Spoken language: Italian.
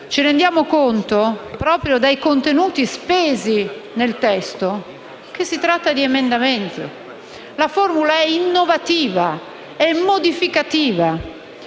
ci rendiamo conto, proprio dai contenuti spesi nel testo, che si tratta di emendamenti: la formula è innovativa, è modificativa,